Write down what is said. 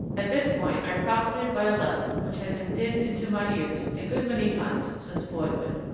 at this point i profited by a lesson which had been dinned into my ears a good many times since boyhood.